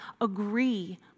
agree